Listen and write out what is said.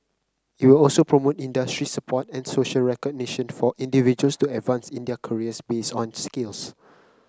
it will also promote industry support and social recognition for individuals to advance in their careers based on skills